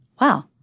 wow